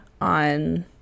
on